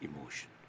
emotion